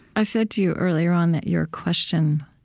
i said to you, earlier on, that your question,